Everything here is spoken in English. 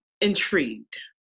intrigued